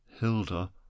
Hilda